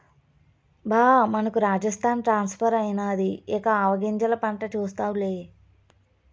బా మనకు రాజస్థాన్ ట్రాన్స్ఫర్ అయినాది ఇక ఆవాగింజల పంట చూస్తావులే